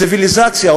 ציוויליזציה,